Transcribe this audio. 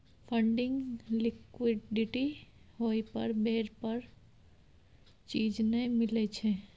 funding liquidity होइ पर बेर पर चीज नइ मिलइ छइ